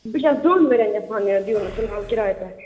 بہٕ چھَس دۅن ؤرۍیَن یَژھان یہِ دیُن فِلحال کِرایہِ پٮ۪ٹھ